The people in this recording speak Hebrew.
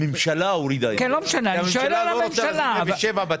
הממשלה הורידה את זה כי הממשלה לא רוצה לשים 0.7,